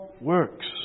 works